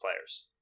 players